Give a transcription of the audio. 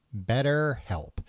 BetterHelp